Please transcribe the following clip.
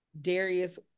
Darius